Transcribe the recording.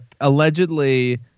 allegedly